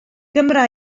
gymra